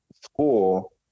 school